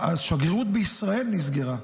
שגרירות ישראל נסגרה.